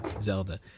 Zelda